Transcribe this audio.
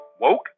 woke